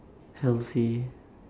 healthy